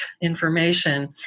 information